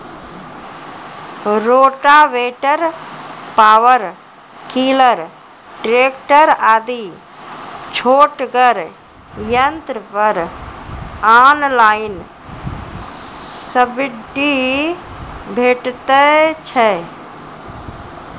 Rotavator, power tiller, tractor आदि छोटगर यंत्र पर ऑनलाइन सब्सिडी भेटैत छै?